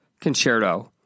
concerto